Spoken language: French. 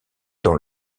dans